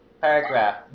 Paragraph